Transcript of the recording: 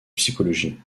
psychologie